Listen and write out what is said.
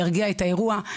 ירגיע את האירוע,